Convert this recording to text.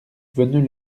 veneux